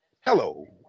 Hello